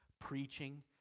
Preaching